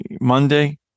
Monday